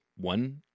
one